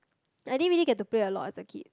I didn't really get to play a lot as a kid